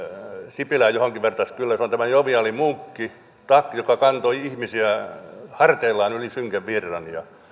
sipilää johonkin vertaisi niin kyllä se on tämä joviaali munkki tuck joka kantoi ihmisiä harteillaan yli synkän virran